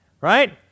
right